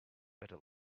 better